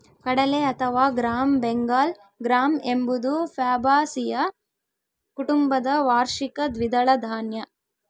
ಕಡಲೆ ಅಥವಾ gram Bengal gram ಎಂಬುದು ಫ್ಯಾಬಾಸಿಯ ಕುಟುಂಬದ ವಾರ್ಷಿಕ ದ್ವಿದಳ ಧಾನ್ಯ